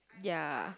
ya